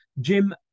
Jim